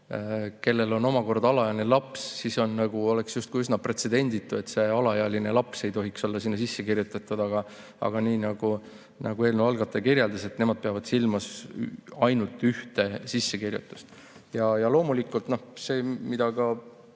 kellel on omakorda alaealine laps, siis oleks üsna pretsedenditu, et see alaealine laps ei tohiks olla sinna sisse kirjutatud. Aga nii nagu eelnõu algataja kirjeldas, nemad peavad silmas ainult ühte sissekirjutust. Loomulikult see, mida ka